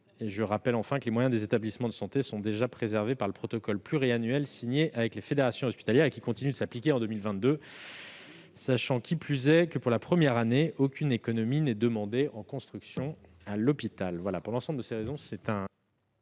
Rappelons enfin que les moyens des établissements de santé sont déjà préservés par le protocole pluriannuel signé avec les fédérations hospitalières, qui continue de s'appliquer en 2022, sachant qui plus est que, pour la première année, aucune économie n'est demandée en construction à l'hôpital. Je mets aux voix l'amendement n°